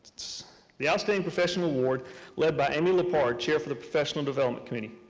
the outstanding professional award led by emily parr, chair for the professional development community.